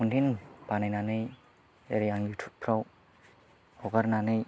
content बानायनानै ओरै आं युटुबफ्राव हगारनानै